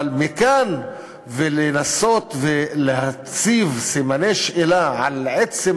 אבל מכאן ועד לנסות להציב סימני שאלה על עצם